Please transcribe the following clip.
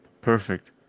Perfect